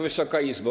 Wysoka Izbo!